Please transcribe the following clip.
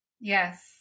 Yes